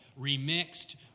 remixed